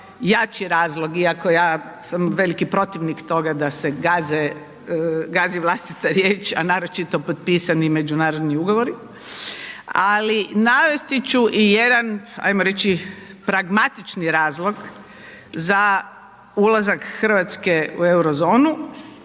jači razlog iako ja sam veliki protivnik toga da se gaze, gazi vlastita riječ, a naročito potpisani međunarodni ugovori, ali navesti ću i jedan ajmo reći pragmatični razlog za ulazak RH u Eurozonu,